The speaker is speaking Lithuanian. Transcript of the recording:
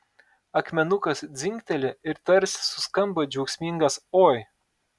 akmenukas dzingteli ir tarsi suskamba džiaugsmingas oi